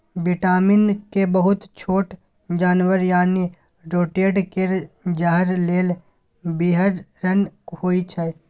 vitamin के बहुत छोट जानबर यानी रोडेंट केर जहर लेल बिषहरण होइ छै